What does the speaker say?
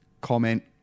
comment